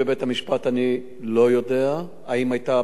אני לא יודע אם היתה בקשה כזאת,